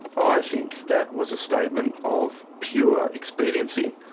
i think that was a statement of pure expediency,